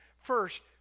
First